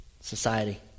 Society